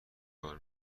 کار